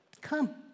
come